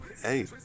Hey